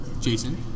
Jason